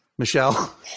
Michelle